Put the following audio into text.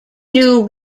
new